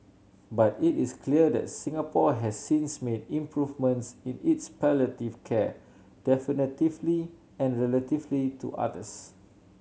but it is clear that Singapore has since made improvements in its palliative care definitively and relatively to others